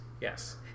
Yes